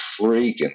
freaking